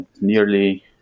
nearly